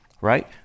right